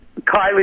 kylie